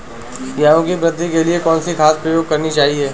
गेहूँ की वृद्धि के लिए कौनसी खाद प्रयोग करनी चाहिए?